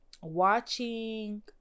watching